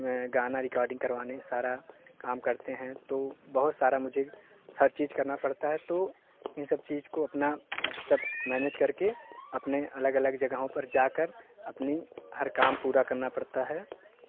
गाना रिकॉर्डिंग करवाने सारा काम करते हैं तो बहुत सारा मुझे हर चीज़ करना पड़ता है तो इन सब चीज को अपना सब मैनेज करके अपने अलग अलग जगहों पर जाकर अपनी हर काम पूरा करना पड़ता है